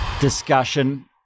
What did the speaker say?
discussion